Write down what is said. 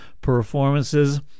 performances